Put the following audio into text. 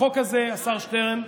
החוק הזה, השר שטרן,